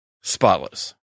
Spotless